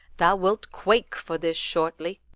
thou wilt quake for this shortly.